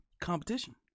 Competition